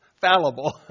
fallible